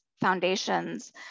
foundations